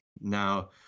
Now